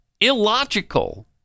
illogical